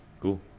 cool